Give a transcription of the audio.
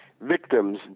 victims